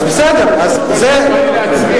אז בסדר, אדוני היושב-ראש,